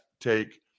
take